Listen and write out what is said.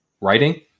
writing